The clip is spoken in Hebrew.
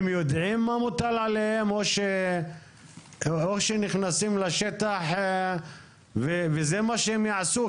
הם יודעים מה מוטל עליהם או שנכנסים לשטח והם יעשו מה שהם רוצים,